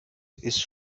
ist